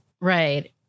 Right